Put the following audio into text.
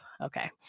Okay